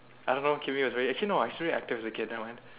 I don't know was really actually no I ah that was a kid never mind